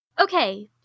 Okay